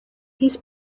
his